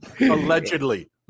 Allegedly